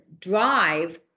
drive